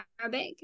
Arabic